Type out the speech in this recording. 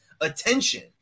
attention